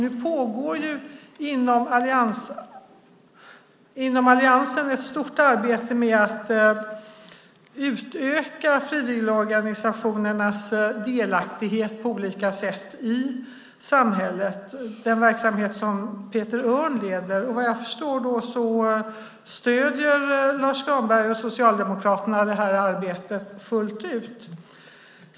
Nu pågår inom alliansen ett stort arbete med att utöka frivilligorganisationernas delaktighet i samhället på olika sätt, alltså den verksamhet som Peter Örn leder. Jag förstår att Lars U Granberg och Socialdemokraterna stöder detta arbete fullt ut.